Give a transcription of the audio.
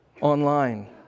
online